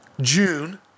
June